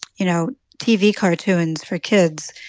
you know, tv cartoons for kids.